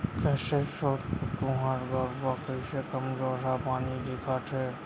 कइसे छोटकू तुँहर गरूवा कइसे कमजोरहा बानी दिखत हे